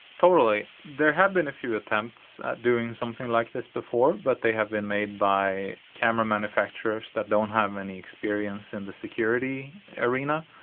totally. there have been a few attempts at doing something like this before but they have been made by camera manufacturers that don't have any experience in the security arena.